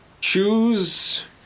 Choose